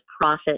Profit